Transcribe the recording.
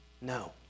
No